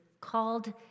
called